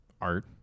art